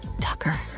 Tucker